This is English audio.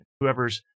whoever's